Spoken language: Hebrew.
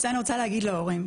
את זה אני רוצה להגיד להורים,